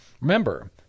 Remember